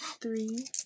three